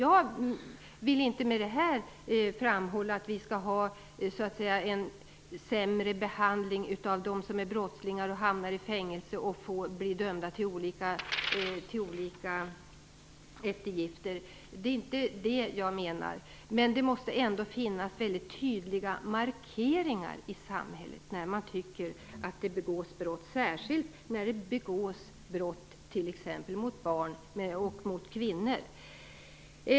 Jag vill inte med detta framhålla att vi skall ha en sämre behandling av brottslingar som hamnar i fängelse och blir dömda till olika påföljder. Det är inte det jag menar. Men det måste finnas mycket tydliga markeringar i samhället när det begås brott. Det gäller t.ex. särskilt brott som begås mot barn och mot kvinnor.